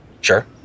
Sure